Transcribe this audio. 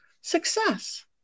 success